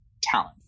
talent